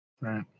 Right